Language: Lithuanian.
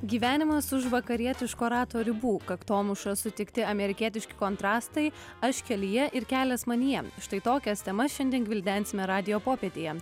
gyvenimas už vakarietiško rato ribų kaktomuša sutikti amerikietiški kontrastai aš kelyje ir kelias manyje štai tokias temas šiandien gvildensime radijo popietėje